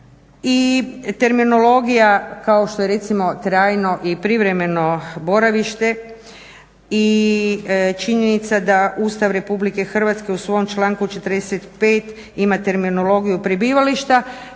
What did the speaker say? i terminologija kao što je recimo trajno i privremeno boravište i činjenica da Ustav Republika Hrvatske u svom članku 45. ima terminologiju prebivališta